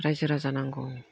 राइजो राजा नांगौ